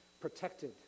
protected